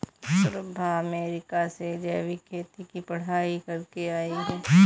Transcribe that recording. Shubhra America से जैविक खेती की पढ़ाई करके आई है